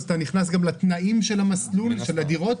אתה נכנס גם לתנאים של המסלול של הדירות.